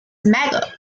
merger